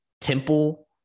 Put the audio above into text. temple